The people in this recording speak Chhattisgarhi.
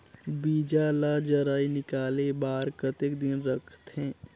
बीजा ला जराई निकाले बार कतेक दिन रखथे?